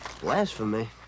Blasphemy